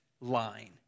line